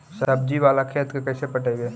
सब्जी बाला खेत के कैसे पटइबै?